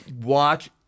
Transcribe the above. watch